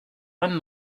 reine